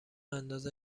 انداز